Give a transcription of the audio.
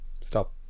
stop